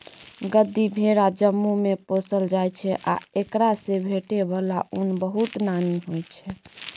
गद्दी भेरा जम्मूमे पोसल जाइ छै आ एकरासँ भेटै बला उन बहुत नामी होइ छै